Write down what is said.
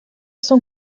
son